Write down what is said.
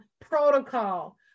protocol